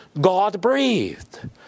God-breathed